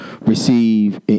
receive